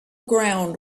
ground